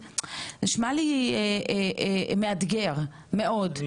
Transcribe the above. נשמע לי מאתגר מאוד.